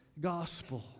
gospel